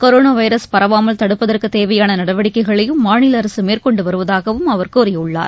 corona virus பரவாமல் தடுப்பதற்கு தேவையான நடவடிக்கைகளையும் மாநில அரசு மேற்கொண்டு வருவதாகவும் அவர் கூறியுள்ளார்